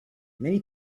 many